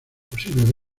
posible